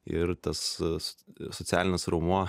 ir tas socialinis raumuo